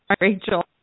Rachel